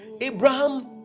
abraham